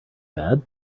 bad